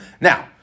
Now